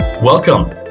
Welcome